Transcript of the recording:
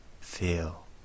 feel